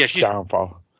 downfall